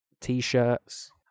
T-shirts